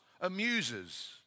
amuses